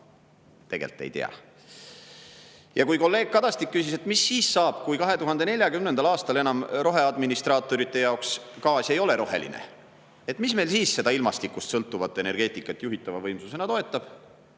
see tuleb]. Ja kui kolleeg Kadastik küsis, mis saab siis, kui 2040. aastal enam roheadministraatorite jaoks gaas ei ole roheline, mis meil siis seda ilmastikust sõltuvat energeetikat juhitava võimsusena toetab,